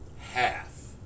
half